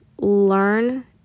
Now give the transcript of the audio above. learn